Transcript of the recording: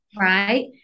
right